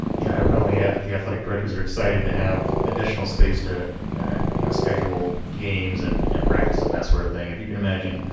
yeah, i would only add that the athletic directors are excited to have additional space to you know schedule games, and and practice, and that sort of thing. if you can imagine,